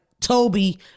Toby